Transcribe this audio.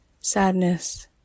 sadness